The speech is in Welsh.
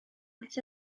aeth